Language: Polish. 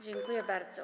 Dziękuję bardzo.